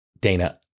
Dana